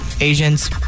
Asians